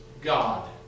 God